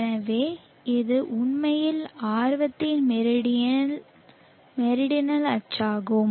எனவே இது உண்மையில் ஆர்வத்தின் மெரிடியனின் மெரிடனல் அச்சு ஆகும்